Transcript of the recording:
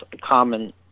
common